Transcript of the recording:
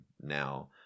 now